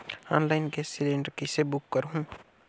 Online gas cylinder कइसे book करहु?